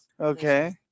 okay